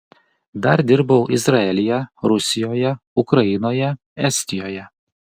dar dirbau izraelyje rusijoje ukrainoje estijoje